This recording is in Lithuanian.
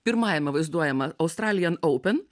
pirmajame vaizduojama australian open